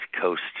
Coast